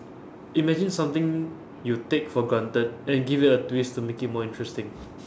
imagine something you take for granted then you give it a twist to make it more interesting